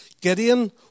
Gideon